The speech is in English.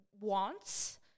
wants